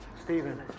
Stephen